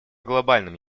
глобальным